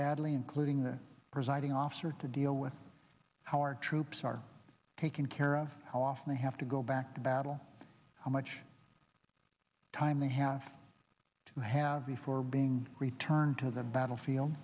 badly including the presiding officer to deal with our troops are taken care of how often they have to go back to battle how much time they have to have before being returned to the battlefield